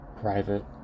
private